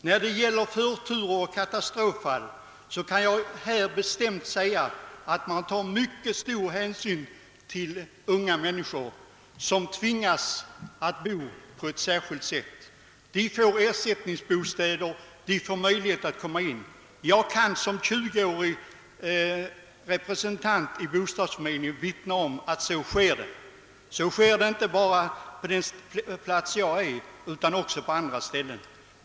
När det gäller förturer och katastroffall kan jag bestämt säga att man tar mycket stor hänsyn till unga människor som tvingats att bo på ett otillfredsställande sätt. De erhåller ersättningsbostäder, och får möjligheter att komma in i kön. Jag kan med 20 årig erfarenhet som representant i en bostadsförmedling vittna om att det går till på det sättet. Så sker det inte bara i min hemort, utan också på andra ställen.